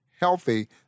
healthy